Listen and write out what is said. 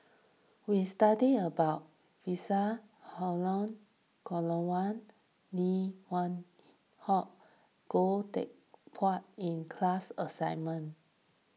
we studied about Visa Lim Hock and Goh Teck Phuan in class assignment